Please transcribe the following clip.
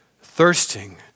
thirsting